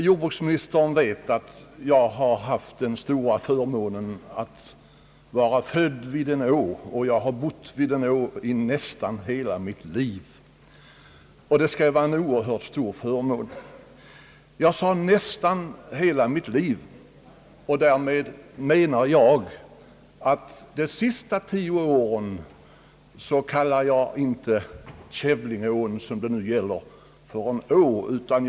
Jordbruksministern vet att jag har den stora förmånen att vara född vid en å, och jag har bott vid en å i nästan hela mitt liv — och det lär vara en oerhört stor förmån. Jag sade nästan hela mitt liv. Under de sista tio åren har jag inte kunnat kalla Kävlingeån, som det nu är fråga om, för en å.